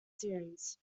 series